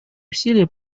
усилия